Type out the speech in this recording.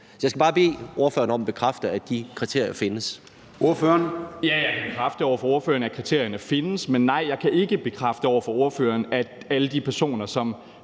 (Søren Gade): Ordføreren. Kl. 13:13 Mikkel Bjørn (DF): Ja, jeg kan bekræfte over for ordføreren, at kriterierne findes, men nej, jeg kan ikke bekræfte over for ordføreren, at alle de personer, som